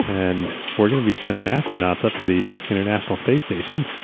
and we're going to be sending astronauts up to the international space station.